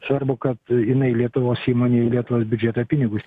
svarbu kad jinai lietuvos įmonė į lietuvos biudžetą pinigus